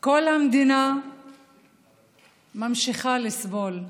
כל המדינה ממשיכה לסבול,